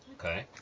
Okay